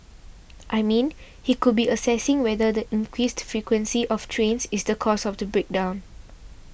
I mean he could be assessing whether the increased frequency of trains is the cause of the break down